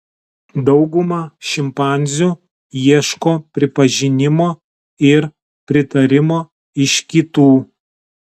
dauguma šimpanzių ieško pripažinimo ir pritarimo iš kitų